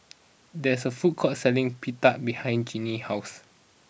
there is a food court selling Pita behind Ginny's house